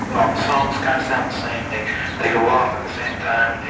the songs kind of sound the same, they they go off at the same time,